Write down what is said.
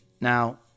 Now